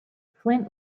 flint